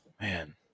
Man